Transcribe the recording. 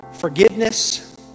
forgiveness